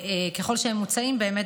ככל שהם מוצעים באמת,